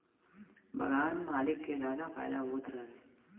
बगान मालिक के जादा फायदा होत रहे